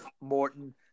Morton